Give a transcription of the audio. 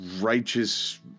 righteous